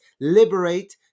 liberate